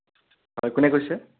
হয় কোনে কৈছে